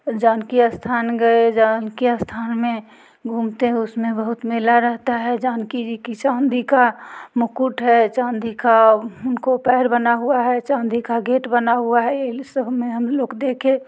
जानकि स्थान गए जानकि स्थान में घूमते हैं उस में बहुत मेला रहता है जानकि जी की चांदी का मुकुट है चांदी का उनको पैर बना हुआ है चांदी का गेट बना हुआ है यही सब में हम लोग देखे